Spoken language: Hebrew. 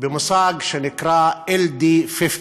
במושג שנקרא "LD50"